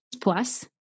plus